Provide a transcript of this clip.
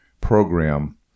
program